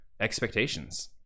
expectations